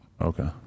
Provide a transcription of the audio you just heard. Okay